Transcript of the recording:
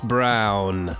Brown